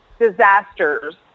disasters